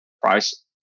price